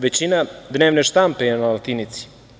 Većina dnevne štampe je na latinici.